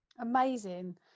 amazing